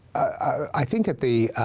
i think at the